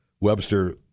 Webster